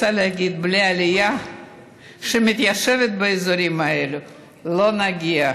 רוצה להגיד שבלי עלייה שמתיישבת באזורים האלו לא נגיע,